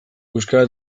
euskara